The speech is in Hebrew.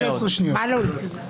11:56:16. אני אהיה קצר מאוד.